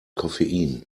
koffein